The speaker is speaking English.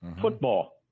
football